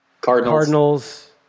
Cardinals